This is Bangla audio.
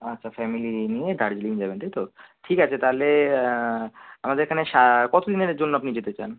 আচ্ছা ফ্যামিলি নিয়ে নিয়ে দার্জিলিং যাবেন তাই তো ঠিক আছে তাহলে আমাদের এখানে সা কতদিনের জন্য আপনি যেতে চান